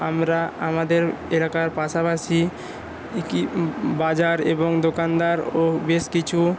আমরা আমাদের এলাকার পাশাপাশি একি বাজার এবং দোকানদার ও বেশ কিছু